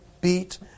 beat